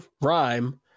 rhyme